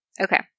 Okay